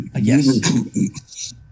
Yes